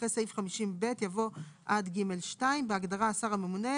אחרי "סעיף 50א(ב)" יבוא "עד (ג2)"; בהגדרה "השר הממונה",